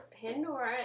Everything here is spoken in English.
Pandora